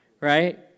right